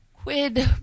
Quid